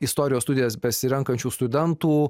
istorijos studijas besirenkančių studentų